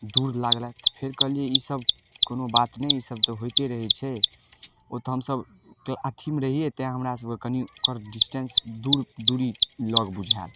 दूर लागलथि फेर कहलियै ईसब कोनो बात नहि ईसब तऽ होइते रहै छै ओ तऽ हमसब अथीमे रहियै तैं हमरा सबके कनी ओकर डिस्टेंस दूर दूरी लग बुझायल